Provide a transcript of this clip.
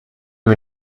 you